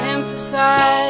Emphasize